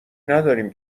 نداریم